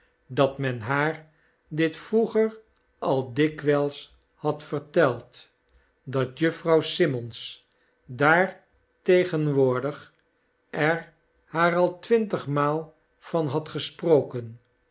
dat men haar dit vroeger al dikwijls had verteld dat jufvrouw simmons daar tegenwoordig er haar al twintigmaal van had gesproken